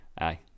aye